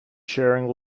sharing